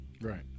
Right